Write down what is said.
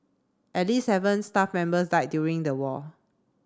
at least seven staff members died during the war